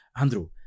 Andrew